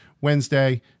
Wednesday